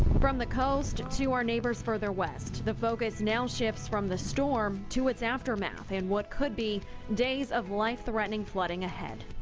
from the coast. to our neighbors further west. the focus now shifts from the storm, to its aftermath and what could be days of life-threatening flooding ahead.